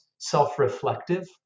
Self-reflective